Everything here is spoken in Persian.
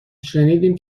شنیدیم